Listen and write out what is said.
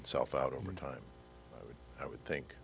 itself out over time i would think